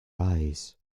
rise